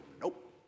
nope